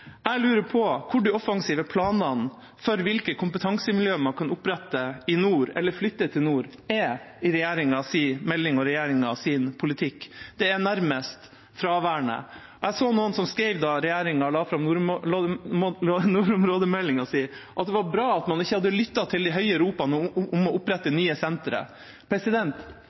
Jeg lurer på hvor de offensive planene for hvilke kompetansemiljø man kan opprette i nord, eller flytte til nord, er i regjeringas melding og regjeringas politikk. Det er nærmest fraværende. Jeg så noen som skrev da regjeringa la fram nordområdemeldinga si at det var bra at man ikke hadde lyttet til de høye ropene om å opprette nye sentre.